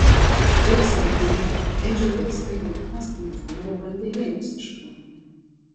kitaip sakant edžio vaistai nuo astmos buvo vandenėlis iš krano